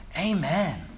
Amen